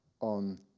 on